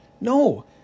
No